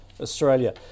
Australia